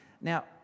Now